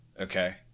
Okay